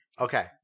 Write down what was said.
okay